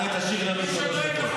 תעלה, תשיר לנו שלוש דקות.